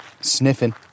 sniffing